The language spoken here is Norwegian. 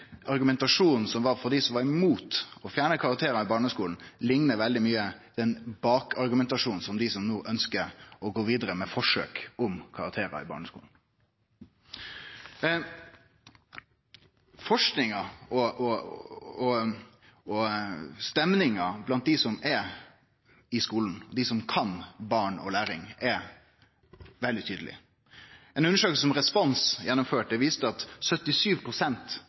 dei som var mot å fjerne karakterar i barneskulen, likne veldig mykje på argumentasjonen som ligg bak frå dei som no ønskjer å gå vidare med forsøk med karakterar i barneskulen. Forskinga og stemninga blant dei som er i skulen, dei som kan barn og læring, er veldig tydeleg. Ei undersøking Respons gjennomførte, viste at